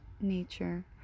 nature